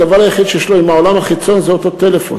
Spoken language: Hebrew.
הדבר היחיד שיש לו עם העולם החיצון זה אותו טלפון.